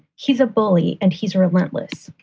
he's a bully and he's relentless.